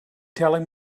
telling